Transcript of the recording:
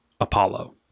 Apollo